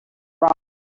around